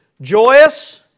Joyous